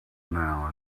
now